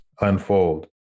unfold